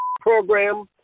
program